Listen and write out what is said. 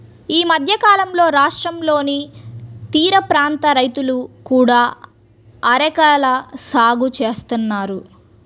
ఈ మధ్యకాలంలో రాష్ట్రంలోని తీరప్రాంత రైతులు కూడా అరెకల సాగు చేస్తున్నారు